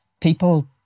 people